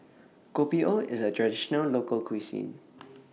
Kopi O IS A Traditional Local Cuisine